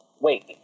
Wait